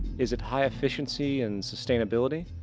is it high efficiency and sustainability?